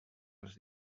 dels